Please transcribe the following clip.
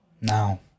Now